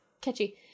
catchy